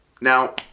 Now